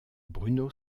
bruno